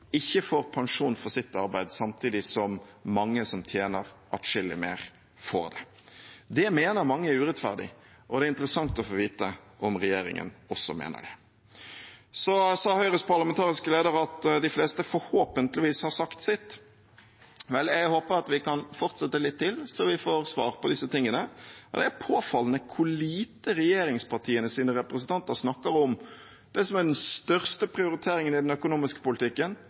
ikke får pensjon for sitt arbeid, samtidig som at mange som tjener adskillig mer, får det. Det mener mange er urettferdig, og det er interessant å få vite om regjeringen også mener det. Høyres parlamentariske leder sa at de fleste forhåpentligvis hadde sagt sitt. Vel, jeg håper at vi kan fortsette litt til, slik at vi får svar på dette. Det er påfallende hvor lite regjeringspartienes representanter snakker om det som er den største prioriteringen i den økonomiske politikken,